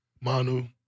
Manu